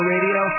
Radio